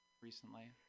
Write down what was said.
recently